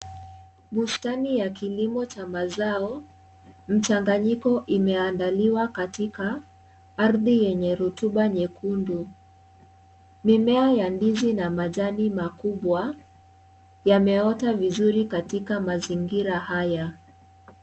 Katika ardhi yenye rutuba nyekundu mimea ya ndizi na machani makubwa yameota vizuri katika mazingira haya.